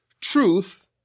Truth